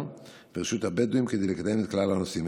ורשות הבדואים כדי לקדם את כלל הנושאים.